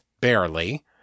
barely